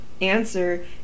answer